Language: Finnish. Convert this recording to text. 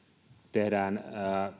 tehdään